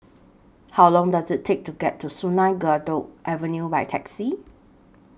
How Long Does IT Take to get to Sungei Kadut Avenue By Taxi